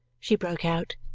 she broke out.